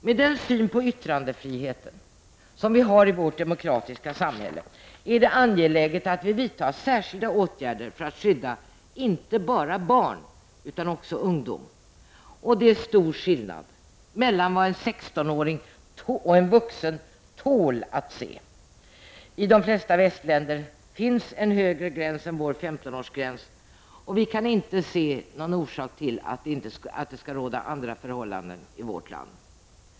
Med den syn på yttrandefrihe ten som vi har i vårt demokratiska samhälle är det angeläget att vi vidtar särskilda åtgärder för att skydda inte bara barn utan också ungdom. Det är stor skillnad mellan vad en 16-åring och en vuxen ”tål” att se. I de flesta västländer finns en högre gräns än vår 15-årsgräns, och vi kan inte se någon orsak till att andra förhållanden skall råda här.